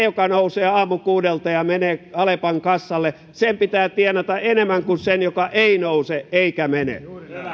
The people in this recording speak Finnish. joka nousee aamukuudelta ja menee alepan kassalle pitää tienata enemmän kuin sen joka ei nouse eikä mene